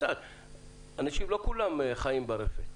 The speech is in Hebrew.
אנשים לא כולם חיים ברפת.